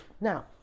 Now